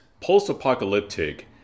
post-apocalyptic